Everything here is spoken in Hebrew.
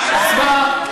הצבעה.